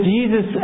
Jesus